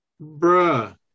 Bruh